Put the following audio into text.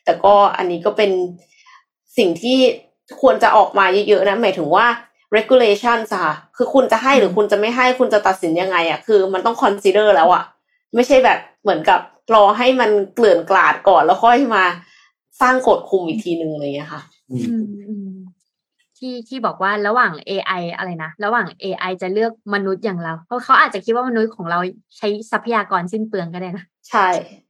แต่ก็อันนี้ก็เป็นสิ่งที่ควรจะออกมาเยอะๆนะ หมายถึงว่า regulations อะค่ะ คือคุณจะให้หรืออืมคุณจะไม่ให้ คุณจะตัดสินยังไงอะ คือมันต้อง consider แล้วอะ ไม่ใช่แบบเหมือนกับรอให้มันเกลื่อนกลาดก่อน แล้วค่อยมาสร้างกฎคุมอีกทีนึงเลยอะค่ะอืมอืมอืม ที่- ที่บอกว่าระหว่าง AI อะไรนะ ระหว่าง AI จะเลือกมนุษย์อย่างเรา เพราะเขาอาจจะคิดว่ามนุษย์ของเราใช้ทรัพยากรสิ้นเปลืองก็ได้นะใช่